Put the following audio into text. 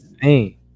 hey